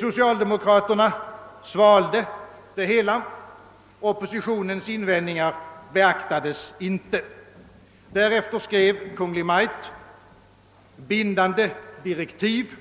Socialdemokraterna svalde det hela — oppositionens invändningar beaktades inte. Därefter skrev Kungl. Maj:t bindande direktiv,